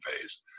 phase